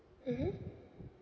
mmhmm